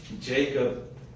Jacob